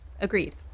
Agreed